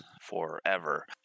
forever